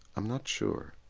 i'm not sure,